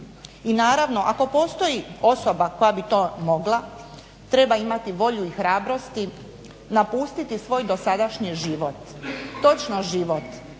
I naravno ako postoji osoba koja bi to mogla, treba imati volju i hrabrosti napustiti svoj dosadašnji život, točno život,